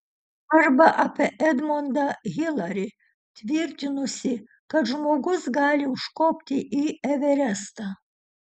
arba apie edmondą hilarį tvirtinusį kad žmogus gali užkopti į everestą